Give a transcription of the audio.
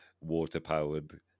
water-powered